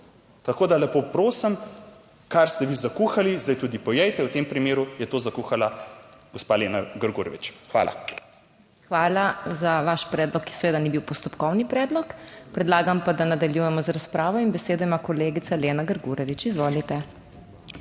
Tako da lepo prosim, kar ste vi zakuhali, zdaj tudi pojejte. V tem primeru je to zakuhala gospa Lena Grgurevič. Hvala. **PODPREDSEDNICA MAG. MEIRA HOT:** Hvala za vaš predlog, ki seveda ni bil postopkovni predlog, predlagam pa, da nadaljujemo z razpravo in besedo ima kolegica Lena Grgurevič. Izvolite.